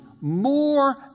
more